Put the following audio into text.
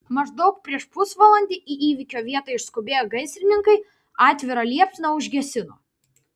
maždaug prieš pusvalandį į įvykio vietą išskubėję gaisrininkai atvirą liepsną užgesino